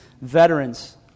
veterans